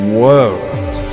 world